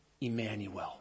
Emmanuel